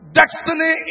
destiny